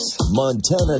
Montana